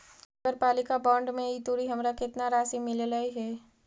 नगरपालिका बॉन्ड में ई तुरी हमरा केतना राशि मिललई हे?